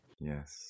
Yes